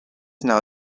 now